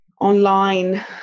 online